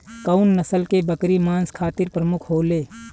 कउन नस्ल के बकरी मांस खातिर प्रमुख होले?